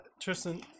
Tristan